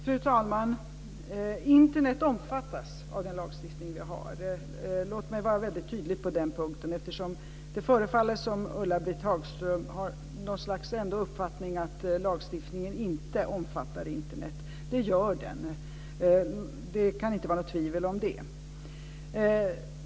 Fru talman! Internet omfattas av den lagstiftning vi har. Låt mig vara väldigt tydlig på den punkten, eftersom det förefaller att Ulla-Britt Hagström ändå har något slags uppfattning att lagstiftningen inte omfattar Internet. Det gör den. Det kan inte råda något tvivel om det.